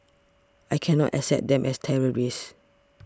I cannot accept them as terrorists